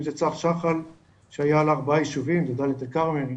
אם זה צו שח"ל שהיה על ארבעה יישובים אם זה דליית אל כרמל,